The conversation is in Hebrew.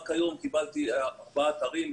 רק היום קיבלתי ארבעה אתרים,